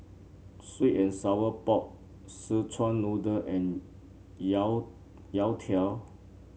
sweet and Sour Pork Szechuan Noodle and yao youtiao